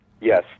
yes